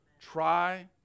try